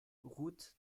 route